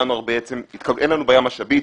אין לנו בעיה משאבית.